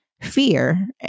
fear